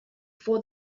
for